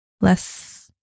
less